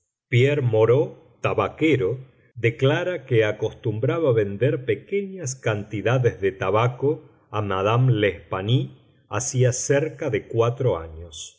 pierre moreau tabaquero declara que acostumbraba vender pequeñas cantidades de tabaco a madame l'espanaye hacía cerca de cuatro años